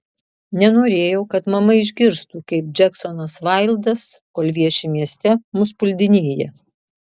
nenorėjau kad mama išgirstų kaip džeksonas vaildas kol vieši mieste mus puldinėja